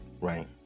Right